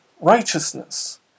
righteousness